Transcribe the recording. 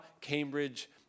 cambridge